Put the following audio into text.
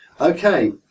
Okay